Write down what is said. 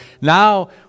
now